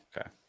Okay